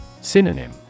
Synonym